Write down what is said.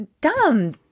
dumb